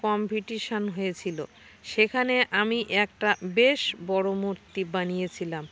competition হয়েছিলো সেখানে আমি একটা বেশ বড়ো মূর্তি বানিয়েছিলাম